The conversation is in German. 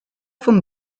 von